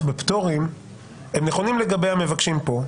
בפטורים הם נכונים לגבי המבקשים פה.